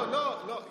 לא, לא, לא.